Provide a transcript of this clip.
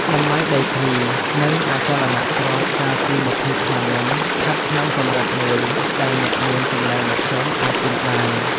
តម្លៃដីធ្លី និងអចលនទ្រព្យកាលពីម្ភៃឆ្នាំមុនស្ថិតក្នុងកម្រិតមួយដែលអ្នកមានចំណូលមធ្យមអាចទិញបាន។